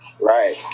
right